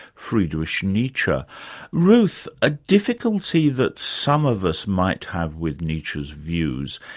friedrich nietzsche. ruth, a difficulty that some of us might have with nietzsche's views,